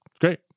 great